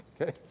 Okay